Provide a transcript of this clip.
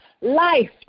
life